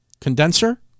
condenser